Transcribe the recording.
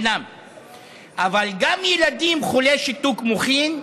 אבל ילדים חולי שיתוק מוחין,